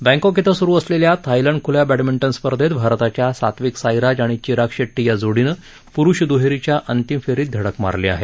Bangkok इथं स्रू असलेल्या थायलंड खुल्या बॅडमिंटन स्पर्धेत भारताच्या सात्विक साईराज आणि चिराग शेट्टी या जोडीनं प्रुष दुहेरीच्या अंतिम फेरीत धडक मारली आहे